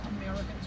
americans